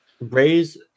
raise